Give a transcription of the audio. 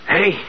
Hey